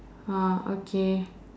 ah okay